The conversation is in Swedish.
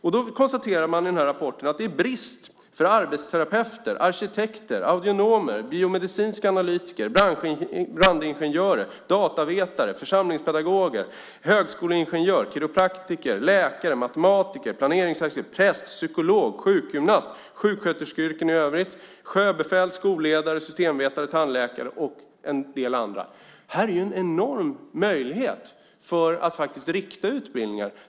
Man konstaterade i rapporten att det är brist på arbetsterapeuter, arkitekter, agronomer, biomedicinska analytiker, brandingenjörer, datavetare, församlingspedagoger, högskoleingenjörer, kiropraktiker, läkare, matematiker, planeringsarkitekter, präster, psykologer, sjukgymnaster och sjuksköterskeyrken i övrigt, sjöbefäl, skolledare, systemvetare, tandläkare och en del andra. Här är en enorm möjlighet att rikta utbildningar.